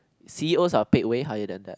c_e_os are paid way higher than that